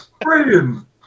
brilliant